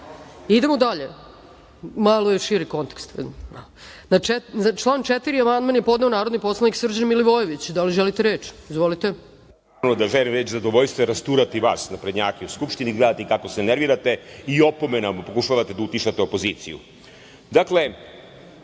da. Idemo dalje, malo je širi kontekst. Na član 4. amandman je podneo narodni poslanik Srđan Milivojević. Da li želite reč? Izvolite.